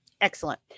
Excellent